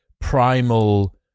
primal